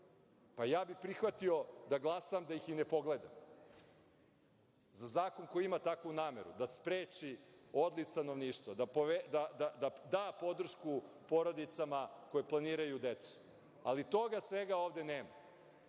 pa ja bih prihvatio da glasam da ih i ne pogledam, za zakon koji ima takvu nameru da spreči odliv stanovništva, da da podršku porodicama koje planiraju decu, ali toga svega ovde nema.